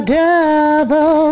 devil